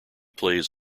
plays